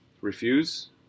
refuse